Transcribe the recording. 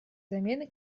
замены